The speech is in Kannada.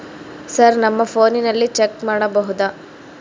ಸರ್ ನಮ್ಮ ಫೋನಿನಲ್ಲಿ ಚೆಕ್ ಮಾಡಬಹುದಾ?